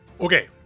Okay